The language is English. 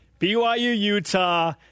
BYU-Utah